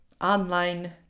online